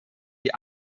die